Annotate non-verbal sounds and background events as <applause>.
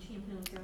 <noise>